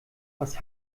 was